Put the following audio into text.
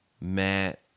Matt